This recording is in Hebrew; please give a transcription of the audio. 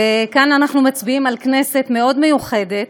כאן אנחנו מצביעים על כנסת מאוד מיוחדת,